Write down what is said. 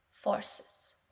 forces